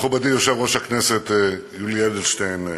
מכובדי יושב-ראש הכנסת יולי אדלשטיין,